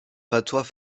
patois